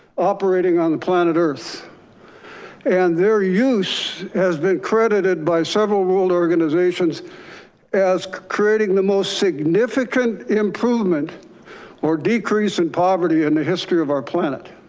operating on the planet earth and their use has been credited by several ruled organizations as creating the most significant improvement or decrease in poverty in the history of our planet.